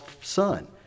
son